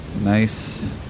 Nice